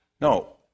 No